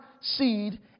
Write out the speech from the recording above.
seed